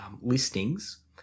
listings